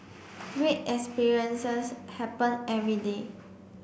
great experiences happen every day